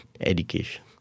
education